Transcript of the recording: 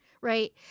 right